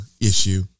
issue